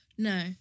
No